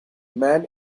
man